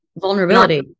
vulnerability